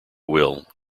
will